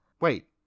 Wait